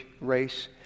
race